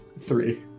three